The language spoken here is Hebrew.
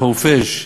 חורפיש,